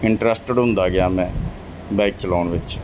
interested ਹੁੰਦਾ ਗਿਆ ਮੈਂ ਬਾਈਕ ਚਲਾਉਣ ਵਿੱਚ